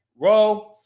roll